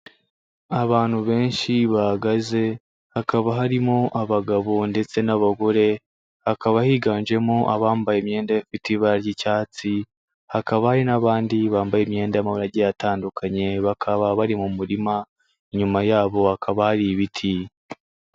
Abantu benshi bahagaze, hakaba harimo abagabo ndetse n'abagore, hakaba higanjemo abambaye imyenda ifite ibara ry'icyatsi, hakaba hari n'abandi bambaye imyenda y'amabara agiye atandukanye, bakaba bari mu murima, inyuma yabo hakaba hari ibiti.